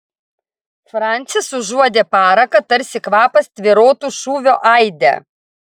francis užuodė paraką tarsi kvapas tvyrotų šūvio aide